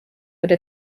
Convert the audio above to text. would